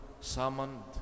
summoned